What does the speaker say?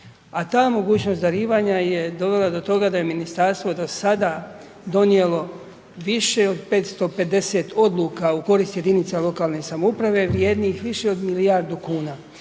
A ta mogućnost darivanja je dovela do toga da je ministarstvo do sada donijelo više od 550 odluka u korist jedinica lokalne samouprave vrijednih više od milijardu kuna.